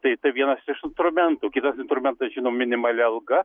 tai vienas iš instrumentų kitas instrumentas žinom minimali alga